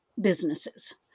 businesses